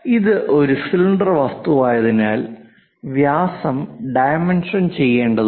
ഇത് ഒരു സിലിണ്ടർ വസ്തുവായതിനാൽ വ്യാസം ഡൈമെൻഷൻ ചെയ്യേണ്ടതുണ്ട്